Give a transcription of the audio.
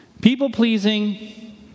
People-pleasing